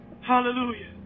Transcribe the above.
Hallelujah